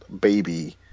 baby